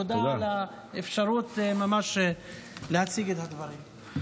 תודה על האפשרות להציג את הדברים.